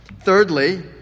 Thirdly